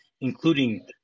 including